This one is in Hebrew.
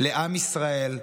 לעם ישראל,